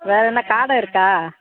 வேற என்ன காட இருக்கா